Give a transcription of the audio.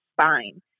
spine